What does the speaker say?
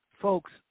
Folks